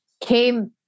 came